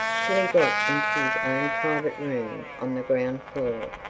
till he got into his own private room on the ground floor.